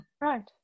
Right